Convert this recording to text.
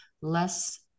less